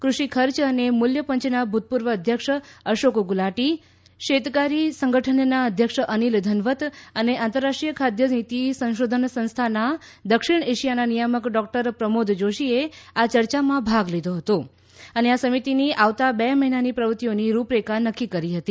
કૃષિ ખર્ચ અને મૂલ્ય પંચના ભુતપૂર્વ અધ્યક્ષ અશોક ગુલાટી શેતકારી સંઘટનના અધ્યક્ષ અનિલ ઘનવત અને આંતર રાષ્ટ્રીય ખાદ્ય નીતિ સંશોધન સંસ્થાના દક્ષિણ એશિયાના નિયામક ડો પ્રમોદ જોશીએ આ ચર્ચામાં ભાગ લીધો હતો અને આ સમિતિની આવતા બે મહિનાની પ્રવૃત્તિઓની રૂપરેખા નક્કી કરી હતી